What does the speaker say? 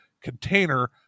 container